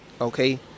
Okay